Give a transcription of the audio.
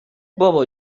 بابا